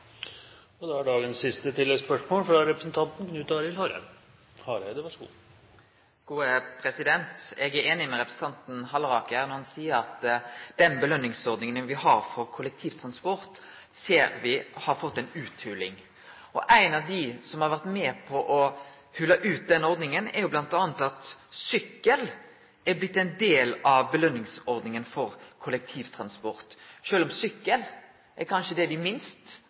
Knut Arild Hareide – til dagens siste oppfølgingsspørsmål. Eg er einig med representanten Halleraker når han seier at den belønningsordninga vi har for kollektivtransport, har fått ei utholing. Noko av det som har vore med på å hole ut den ordninga, er jo bl.a. at sykkel har blitt ein del av belønningsordninga for kollektivtransport, sjølv om sykkel kanskje er det me minst